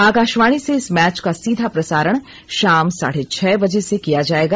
आकाशवाणी से इस मैच का सीधा प्रसारण शाम साढ़े छह बजे से किया जाएगा